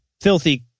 filthy